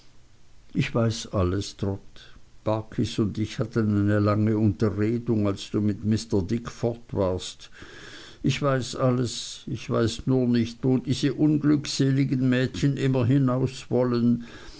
ich weiß alles trot barkis und ich hatten eine lange unterredung als du mit dick fort warst ich weiß alles ich weiß nur nicht wo diese unglückseligen mädchen immer hinaus wollen